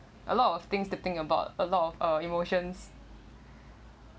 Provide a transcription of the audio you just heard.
a lot of things to think about a lot of uh emotions